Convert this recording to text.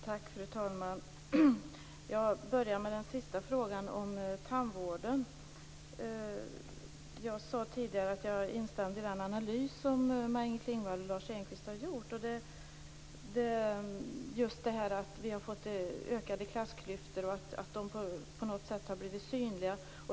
Fru talman! Jag börjar med den sista frågan, den om tandvården. Jag sade tidigare att jag instämmer i den analys som Maj-Inger Klingvall och Lars Engqvist har gjort när det gäller det här med att vi har fått ökade klassklyftor och att dessa på något sätt har blivit synliga.